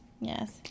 Yes